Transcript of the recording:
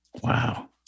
Wow